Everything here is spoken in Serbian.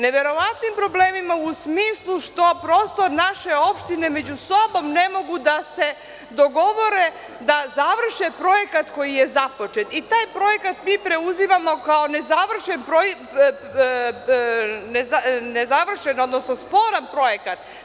Neverovatnim problemima u smislu što, prosto, naše opštine među sobom ne mogu da se dogovore da završe projekat koji je započet, i taj projekat mi preuzimamo kao nezavršen, odnosno sporan projekat.